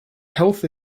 health